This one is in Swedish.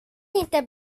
inte